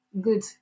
good